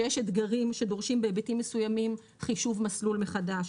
שיש אתגרים שדורשים בהיבטים מסוימים חישוב מסלול מחדש.